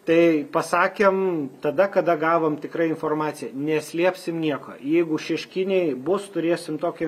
tai pasakėm tada kada gavom tikrai informaciją neslėpsim nieko jeigu šeškinėj bus turėsim tokią